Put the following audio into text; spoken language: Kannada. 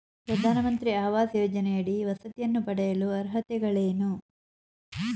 ಪ್ರಧಾನಮಂತ್ರಿ ಆವಾಸ್ ಯೋಜನೆಯಡಿ ವಸತಿಯನ್ನು ಪಡೆಯಲು ಅರ್ಹತೆಗಳೇನು?